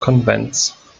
konvents